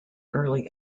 early